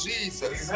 Jesus